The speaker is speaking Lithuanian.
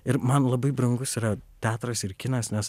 ir man labai brangus yra teatras ir kinas nes